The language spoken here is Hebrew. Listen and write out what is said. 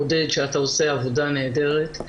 עודד, שאתה עושה עבודה נהדרת.